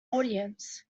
audience